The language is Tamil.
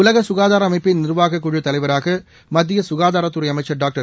உலக சுகாதார அமைப்பின் நிர்வாகக்குழுத் தலைவராக மத்திய சுகாதாரத்துறை அமைச்சா் டாக்டா்